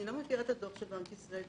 אני לא מכירה את הדוח של בנק ישראל.